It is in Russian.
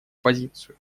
позицию